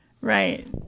Right